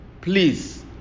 please